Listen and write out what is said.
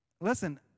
Listen